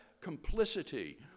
complicity